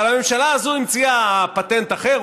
אבל הממשלה הזו המציאה פטנט אחר,